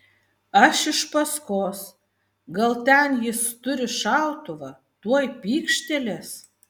aš iš paskos gal ten jis turi šautuvą tuoj pykštelės